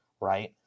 right